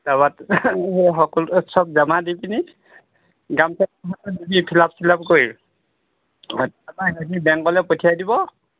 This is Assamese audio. তাৰপৰা সকল চব জমা দিপেনি দি ফিল আপ ছিল আপ কৰি তাৰপৰা হেৰি বেংকলৈ পঠিয়াই দিব